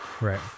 Right